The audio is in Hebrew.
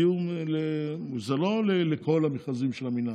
זה לא לכל המכרזים של המינהל.